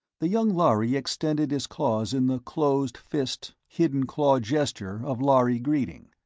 the young lhari extended his claws in the closed-fist, hidden-claw gesture of lhari greeting.